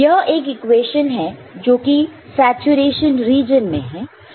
यह एक इक्वेशन है जो कि सैचुरेशन रीजन में है